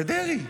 זה דרעי.